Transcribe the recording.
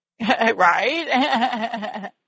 Right